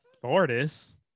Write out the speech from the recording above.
Thordis